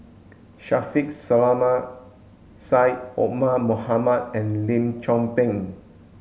Shaffiq Selamat Syed Omar Mohamed and Lim Chong Pang